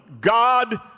God